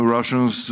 Russians